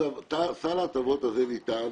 סל ההטבות הזה ניתן